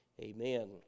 amen